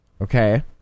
Okay